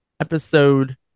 Episode